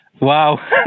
Wow